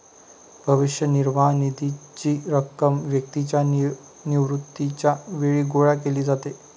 भविष्य निर्वाह निधीची रक्कम व्यक्तीच्या निवृत्तीच्या वेळी गोळा केली जाते